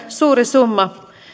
suuri summa